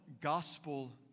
gospel